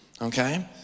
okay